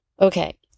Okay